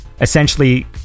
essentially